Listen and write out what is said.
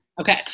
Okay